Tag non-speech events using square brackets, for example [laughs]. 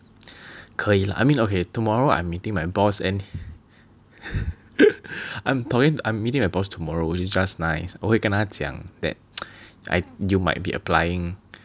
可以 lah I mean okay tomorrow I'm meeting my boss and [laughs] I'm talking I'm meeting my boss tomorrow which is just nice 我会跟他讲 that you might be applying